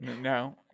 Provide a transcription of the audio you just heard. No